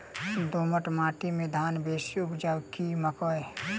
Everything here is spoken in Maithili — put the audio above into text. दोमट माटि मे धान बेसी उपजाउ की मकई?